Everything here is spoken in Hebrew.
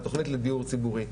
לתוכנית לדיור ציבורי.